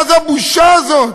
מה הבושה הזאת,